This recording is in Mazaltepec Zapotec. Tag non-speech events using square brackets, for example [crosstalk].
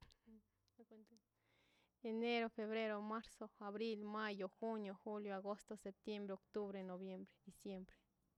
[hesitation] [noise] enero febrero marzo abril mayo junio julio agosto septiembre noviembre diciembre